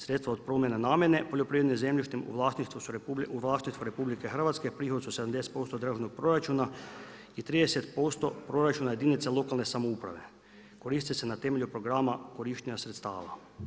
Sredstva od promjene namjene poljoprivrednim zemljištem u vlasništvu RH prihod su 70% državnog proračuna i 30% proračuna jedinice lokalne samouprave, koriste se na temelju programa korištenja sredstava.